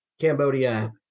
Cambodia